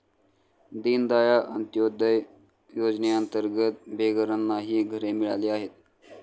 दीनदयाळ अंत्योदय योजनेअंतर्गत बेघरांनाही घरे मिळाली आहेत